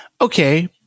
Okay